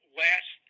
last